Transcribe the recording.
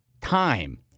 time